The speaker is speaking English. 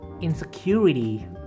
insecurity